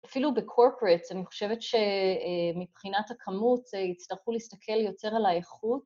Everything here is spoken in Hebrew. אפילו בקורפרטס, אני חושבת שמבחינת הכמות יצטרכו להסתכל יותר על האיכות.